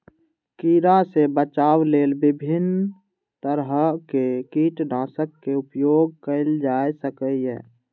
कीड़ा सं बचाव लेल विभिन्न तरहक कीटनाशक के उपयोग कैल जा सकैए